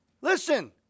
Listen